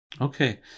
okay